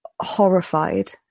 horrified